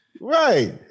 Right